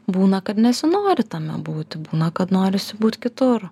būna kad nesinori tame būti būna kad norisi būt kitur